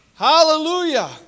Hallelujah